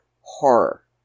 horror